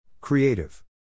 Creative